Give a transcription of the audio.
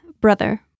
brother